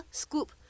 ,scoop